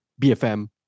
BFM